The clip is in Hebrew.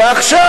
ועכשיו,